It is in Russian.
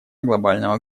глобального